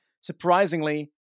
surprisingly